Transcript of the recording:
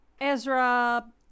Ezra